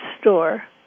store